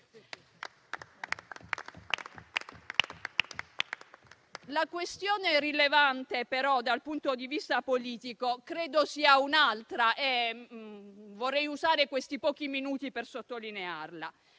La questione rilevante dal punto di vista politico credo però sia un'altra e vorrei usare questi pochi minuti per sottolinearla.